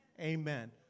amen